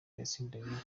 yatsindanye